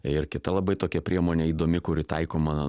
ir kita labai tokia priemonė įdomi kuri taikoma